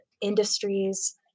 industries